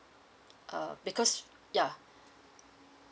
uh because ya